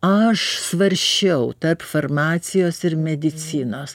aš svarsčiau tarp farmacijos ir medicinos